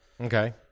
Okay